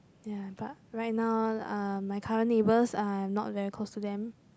ya but right now uh my current neighbours I am not very close to them